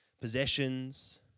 possessions